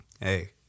hey